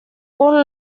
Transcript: con